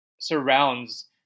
surrounds